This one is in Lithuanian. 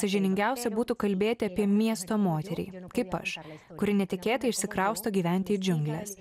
sąžiningiausia būtų kalbėti apie miesto moteriai kaip aš kuri netikėtai išsikrausto gyventi į džiungles